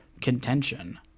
contention